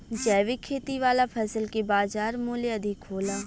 जैविक खेती वाला फसल के बाजार मूल्य अधिक होला